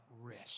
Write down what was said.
risk